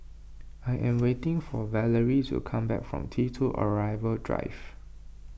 I am waiting for Valery to come back from T two Arrival Drive